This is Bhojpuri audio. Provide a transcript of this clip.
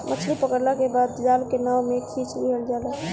मछली पकड़ला के बाद जाल के नाव में खिंच लिहल जाला